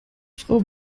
frau